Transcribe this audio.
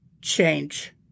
change